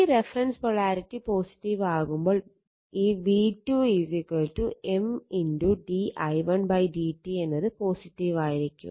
ഈ reference polarity ആവുമ്പോൾ ഈ v2 M d i1 dt എന്നത് ആയിരിക്കും